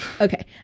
Okay